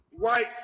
white